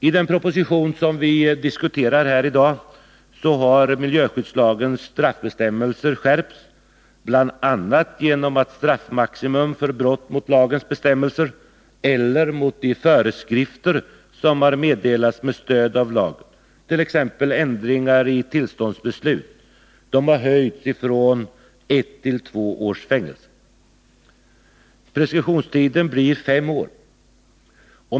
I den proposition som vi diskuterar i dag har miljöskyddslagens straffbestämmelser skärpts, bl.a. genom att straffmaximum för brott mot lagens bestämmelser eller mot de föreskrifter som har meddelats med stöd av lagen, t.ex. villkor i ett tillståndsbeslut, har höjts från ett till två års fängelse. Preskriptionstiden blir fem år.